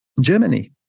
Germany